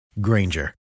Granger